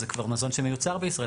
זה כבר מזון שמיוצר בישראל.